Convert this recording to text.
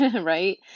right